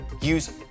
use